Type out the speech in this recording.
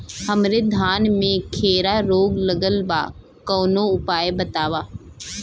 हमरे धान में खैरा रोग लगल बा कवनो उपाय बतावा?